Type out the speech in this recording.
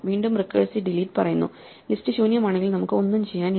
വീണ്ടും recursive delete പറയുന്നു list ശൂന്യമാണെങ്കിൽ നമുക്ക് ഒന്നും ചെയ്യാൻ ഇല്ല